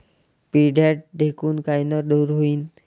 पिढ्या ढेकूण कायनं दूर होईन?